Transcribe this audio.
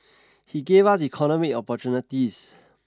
he gave us economic opportunities